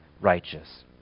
righteous